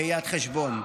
לראיית חשבון,